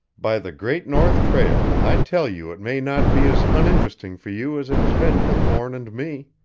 by the great north trail, i tell you it may not be as uninteresting for you as it has been for thorne and me!